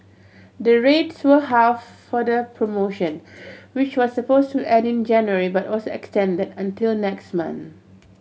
the rates were halved for the promotion which was supposed to end in January but was extended until next month